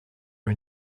are